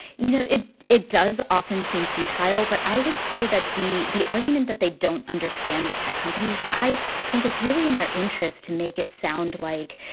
you know, it it does often seem futile. but i would say that the the argument that they don't understand the tech companies, i think it's really in their interest to make it sound like,